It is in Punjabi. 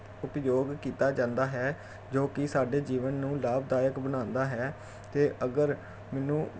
ਉਪਯੋਗ ਕੀਤਾ ਜਾਂਦਾ ਹੈ ਜੋ ਕਿ ਸਾਡੇ ਜੀਵਨ ਨੂੰ ਲਾਭਦਾਇਕ ਬਣਾਉਂਦਾ ਹੈ ਅਤੇ ਅਗਰ ਮੈਨੂੰ